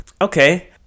Okay